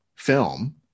Film